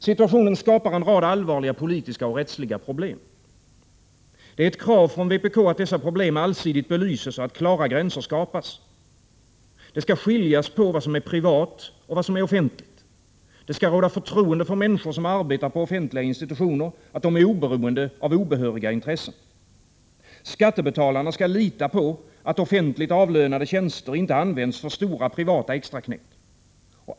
Situationen skapar en rad allvarliga politiska och rättsliga problem. Det är ett krav från vpk att dessa problem allsidigt belyses och att klara gränser skapas. Det skall skiljas på vad som är privat och vad som är offentligt. Det skall råda förtroende för att människor som arbetar på offentliga institutioner är oberoende av obehöriga intressen. Skattebetalarna skall kunna lita på att offentligt avlönade tjänster inte används för stora privata extraknäck.